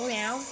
now